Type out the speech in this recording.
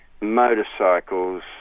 motorcycles